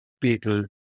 people